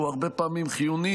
שהוא הרבה פעמים חיוני